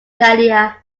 dahlia